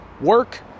work